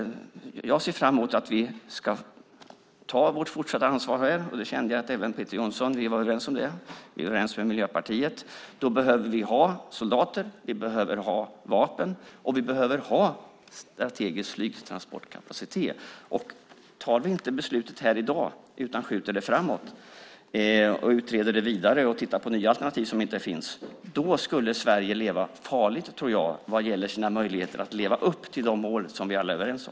Jag ser fram emot att vi ska ta vårt fortsatta ansvar här. Jag kände att även Peter Jonsson gör det och att vi är överens om det. Vi är överens med Miljöpartiet. Då behöver vi ha soldater, vi behöver ha vapen och vi behöver ha en strategisk flygtransportkapacitet. Om vi inte fattar beslutet här i dag utan skjuter det framåt, utreder detta vidare och tittar på nya alternativ som inte finns tror jag att Sverige lever farligt när det gäller våra möjligheter att leva upp till de mål som vi alla är överens om.